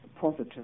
positive